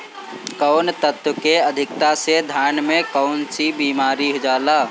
कौन तत्व के अधिकता से धान में कोनची बीमारी हो जाला?